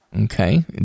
Okay